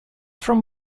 from